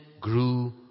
grew